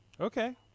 Okay